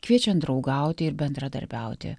kviečiant draugauti ir bendradarbiauti